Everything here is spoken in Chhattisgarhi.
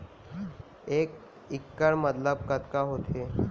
एक इक्कड़ मतलब कतका होथे?